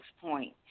point